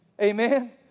Amen